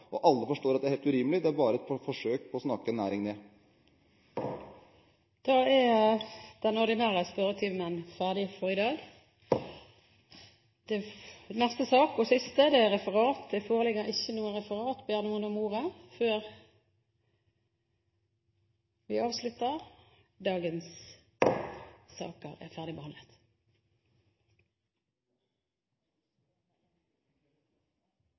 Alle forstår at dette er helt urimelig, det er bare forsøk på å snakke en næring ned. Dermed er sak nr. 2 ferdigbehandlet. Det foreligger ikke noe referat. Ber noen om ordet før møtet heves? – Møtet er